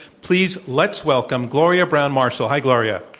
please, let's welcome gloria browne-marshall. hi, gloria.